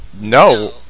No